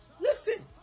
Listen